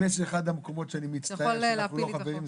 אם יש אחד המקומות שאני מצטער שאנחנו לא חברים,